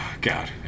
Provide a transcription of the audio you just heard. god